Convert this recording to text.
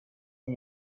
and